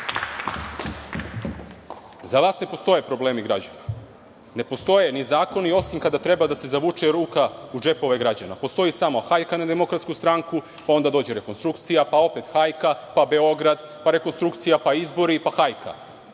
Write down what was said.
Za vas ne postoje problemi građana, ne postoje ni zakoni, osim kada treba da se zavuče ruka u džepove građana. Postoji samo hajka na DS, pa onda dođe rekonstrukcija, pa opet hajka, pa Beograd, pa rekonstrukcija, pa izbori, pa hajka.